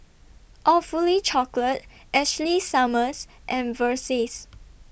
Awfully Chocolate Ashley Summers and Versace